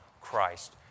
Christ